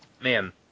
Man